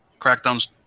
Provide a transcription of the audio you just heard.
Crackdowns